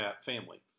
family